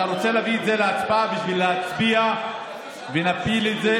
אתה רוצה להביא את זה להצבעה בשביל להצביע ונפיל את זה,